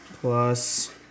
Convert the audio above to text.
Plus